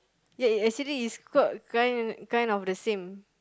ya it's actually is called kind kind of the same